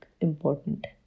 important